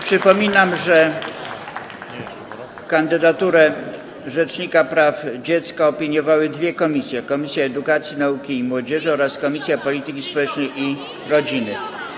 Przypominam, że kandydaturę rzecznika praw dziecka opiniowały dwie komisje: Komisja Edukacji, Nauki i Młodzieży oraz Komisja Polityki Społecznej i Rodziny.